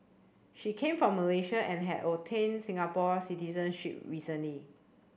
she came from Malaysia and had obtained Singapore citizenship recently